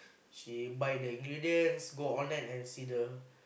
she buy the ingredients go online and see the